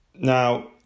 Now